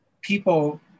people